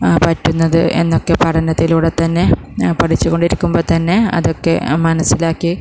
പറ്റുന്നത് എന്നൊക്കെ പഠനത്തിലൂടെ തന്നെ പഠിച്ചു കൊണ്ടിരിക്കുമ്പോൾ തന്നെ അതൊക്കെ മനസ്സിലാക്കി